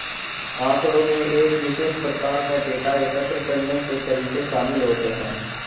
आँकड़ों में एक विशेष प्रकार का डेटा एकत्र करने के तरीके शामिल होते हैं